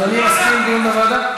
אז אדוני מסכים לדיון בוועדה?